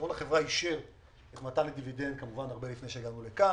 דירקטוריון החברה אישר מתן לדיבידנד כמובן הרבה לפני שהגענו לכאן.